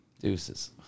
deuces